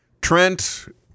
Trent